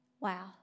wow